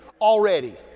already